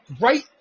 right